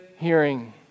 hearing